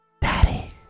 Daddy